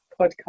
podcast